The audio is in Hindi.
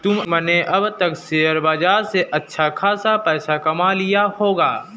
तुमने अब तक शेयर बाजार से अच्छा खासा पैसा कमा लिया होगा